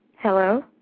Hello